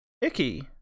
icky